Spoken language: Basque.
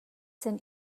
zen